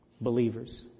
believers